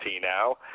now